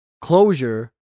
closure